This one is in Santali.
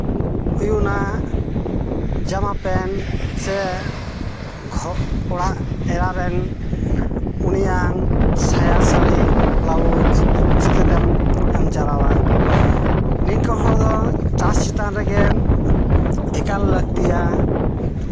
ᱩᱭᱩᱱᱟᱜ ᱡᱟᱢᱟ ᱯᱮᱱᱴ ᱥᱮ ᱜᱷᱚ ᱚᱲᱟᱜ ᱮᱨᱟ ᱨᱮᱱ ᱩᱱᱤᱭᱟᱜ ᱥᱟᱭᱟ ᱥᱟᱹᱲᱤ ᱵᱞᱟᱣᱩᱡᱽ ᱪᱤᱠᱟᱹ ᱛᱮᱢ ᱮᱢ ᱪᱟᱞᱟᱣᱟ ᱱᱤᱝᱠᱟᱹᱱ ᱦᱚᱲ ᱫᱚ ᱪᱟᱥ ᱪᱮᱛᱟᱱ ᱨᱮᱜᱮᱢ ᱮᱠᱟᱞ ᱞᱟᱹᱠᱛᱤᱭᱟ